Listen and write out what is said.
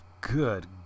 Good